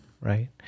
right